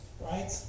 right